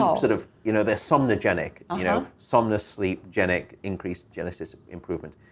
um sort of, you know, they're somnogenic, you know. somno-sleep-genic increased genesis improvement.